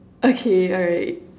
okay alright